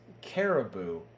Caribou